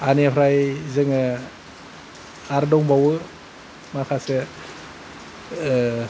आर बेनिफ्राय जोङो आरो दंबावो माखासे